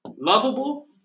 Lovable